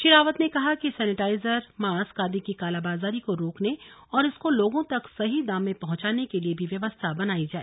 श्री रावत ने कहा कि सैनेटाईजर मास्क आदि की कालाबाजारी को रोकने और इसको लोगों तक सही दाम में पहुंचाने के लिए भी व्यवस्था बनाई जाए